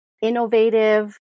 innovative